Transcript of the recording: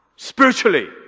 Spiritually